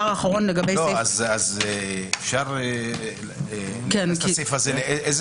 איפה זה?